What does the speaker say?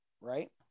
right